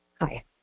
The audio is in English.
Hi